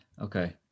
Okay